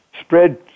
spread